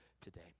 today